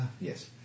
Yes